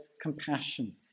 compassion